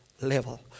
level